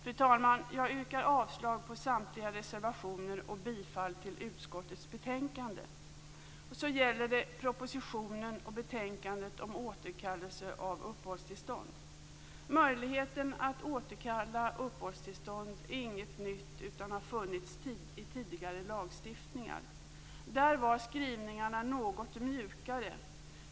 Fru talman! Jag yrkar avslag på samtliga reservationer och bifall till utskottets hemställan i betänkandet. Så gäller det propositionen och betänkandet om återkallelse av uppehållstillstånd. Möjligheten att återkalla uppehållstillstånd är inget nytt utan har funnits i tidigare lagstiftningar. Där var skrivningarna något mjukare.